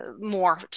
more